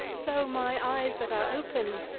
so my eyes that are open,